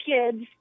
kids